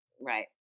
Right